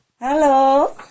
Hello